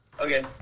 okay